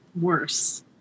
worse